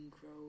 grow